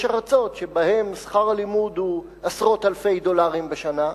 יש ארצות שבהן שכר הלימוד הוא עשרות אלפי דולרים בשנה,